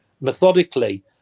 methodically